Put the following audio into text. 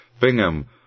Bingham